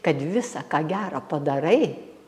kad visa ką gera padarai